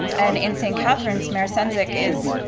and in st. catharine's, mayor sendzik is,